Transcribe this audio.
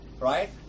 right